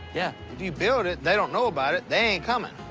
yeah. if you build it, they don't know about it, they ain't coming.